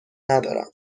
ندارم